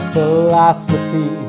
Philosophy